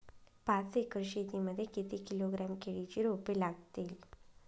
पाच एकर शेती मध्ये किती किलोग्रॅम केळीची रोपे लागतील?